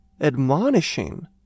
admonishing